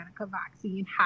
vaccine